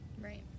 Right